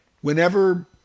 Whenever